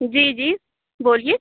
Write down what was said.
جی جی بولیے